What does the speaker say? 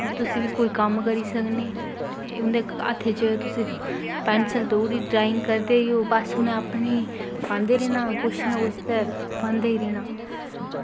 ते तुस बी कोई कम्म करी सकने इं'दे हत्थें च तुसें पैंसिल देई ओड़ी ड्राइंग करदे होई उ'नें अपनी पांदे रौह्ना कुछ ना कुछ ते पांदे निं हैन